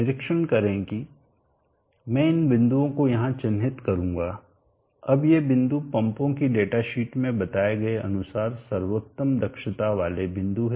निरीक्षण करें कि मैं इन बिंदुओं को यहाँ चिन्हित करूँगा अब ये बिंदु पंपों की डेटशीट में बताए गए अनुसार सर्वोत्तम दक्षता वाले बिंदु हैं